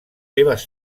seves